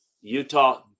Utah